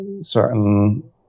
certain